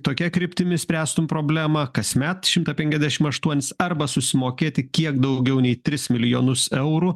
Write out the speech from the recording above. tokia kryptimi spręstum problemą kasmet šimtą penkiasdešim aštuonis arba susimokėti kiek daugiau nei tris milijonus eurų